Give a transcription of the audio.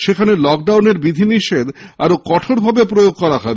সেখানে লকডাউনের বিধি নিষেধ আরও কঠোরভাবে প্রয়োগ করা হবে